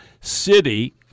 City